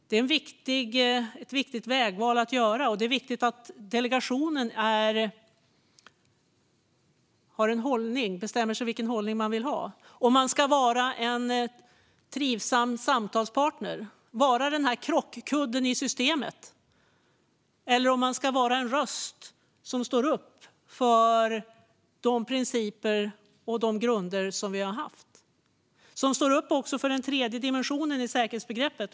Det är ett viktigt vägval att göra, och det är viktigt att delegationen bestämmer sig för en hållning - ska man vara en trivsam samtalspartner, krockkudden i systemet, eller en röst som står upp för de principer och grunder som vi har haft och också för den tredje dimensionen i säkerhetsbegreppet.